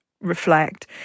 reflect